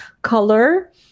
color